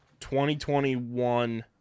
2021